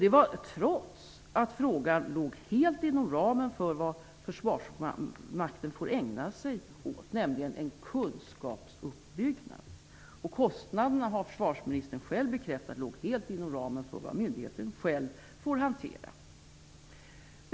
Detta trots att frågan låg helt inom ramen för vad Försvarsmakten får ägna sig åt, nämligen en kunskapsuppbyggnad. Kostnaderna har försvarsministern själv bekräftat låg helt inom ramen för vad myndigheten själv får hantera.